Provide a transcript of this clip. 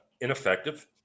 ineffective